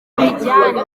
abijyane